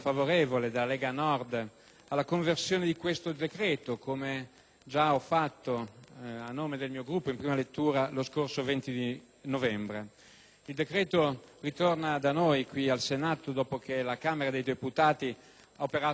alla conversione di questo decreto, come già ho fatto a nome del mio Gruppo in prima lettura lo scorso 20 novembre. Il decreto ritorna da noi al Senato dopo che la Camera dei deputati ha operato alcune modifiche.